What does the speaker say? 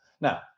Now